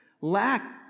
lack